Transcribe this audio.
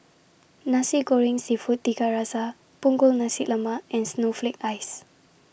Nasi Goreng Seafood Tiga Rasa Punggol Nasi Lemak and Snowflake Ice